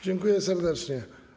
Dziękuję serdecznie.